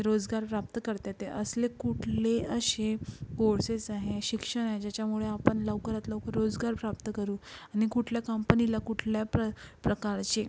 रोजगार प्राप्त करता येते असले कुठले असे कोर्सेस आहे शिक्षण आहे ज्याच्यामुळे आपण लवकरात लवकर रोजगार प्राप्त करू आणि कुठल्या कंपनीला कुठल्या प्र प्रकारचे